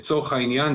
לצורך העניין,